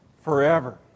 forever